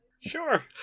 Sure